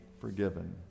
forgiven